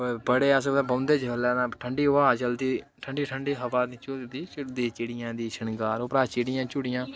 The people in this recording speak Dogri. बड़े अस बौंह्दे जिसलै तां ठंडी ब्हाऽ चलदी ठंडी ठंडी हवा झुल्लदी चिड़ियें दी छंगार उप्परा चीड़ियां चुड़ियां